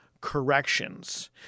corrections